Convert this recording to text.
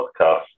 podcast